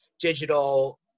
digital